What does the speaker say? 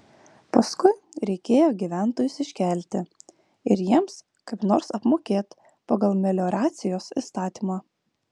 paskui reikėjo gyventojus iškelti ir jiems kaip nors apmokėt pagal melioracijos įstatymą